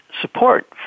support